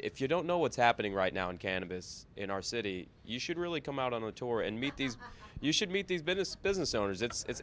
if you don't know what's happening right now in cannabis in our city you should really come out on the tour and meet these you should meet these business business owners it's